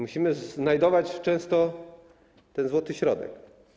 Musimy znajdować często złoty środek.